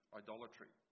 idolatry